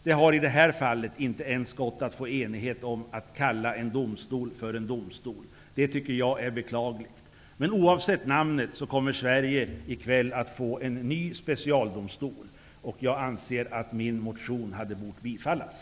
Det har i det här fallet inte ens gått att få enighet om att kalla en domstol för en domstol. Det tycker jag är beklagligt. Oavsett namnet kommer Sverige i kväll att få en ny specialdomstol. Jag anser att min motion hade bort bifallas.